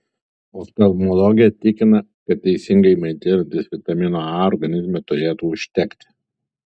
oftalmologė tikina kad teisingai maitinantis vitamino a organizme turėtų užtekti